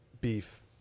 beef